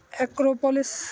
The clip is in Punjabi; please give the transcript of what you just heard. ਐਕਰੋਪੋਲਿਸ